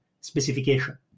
specification